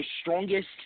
strongest